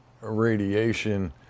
radiation